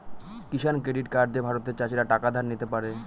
কিষান credit card দিয়ে ভারতের চাষীরা টাকা ধার নিতে পারে